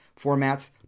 formats